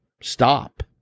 Stop